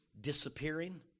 disappearing